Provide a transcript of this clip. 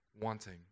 wanting